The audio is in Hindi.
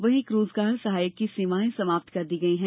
वहीं एक रोजगार सहायक की सेवाएं समाप्त कर दी गई है